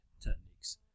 techniques